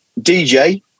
DJ